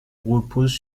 repose